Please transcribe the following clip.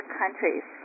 countries